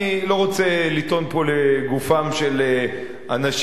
אני לא רוצה לטעון פה לגופם של אנשים,